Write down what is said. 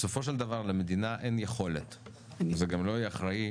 בסופו של דבר למדינה אין יכולת וזה גם לא יהיה אחראי